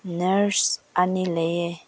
nurse ꯑꯅꯤ ꯂꯩꯌꯦ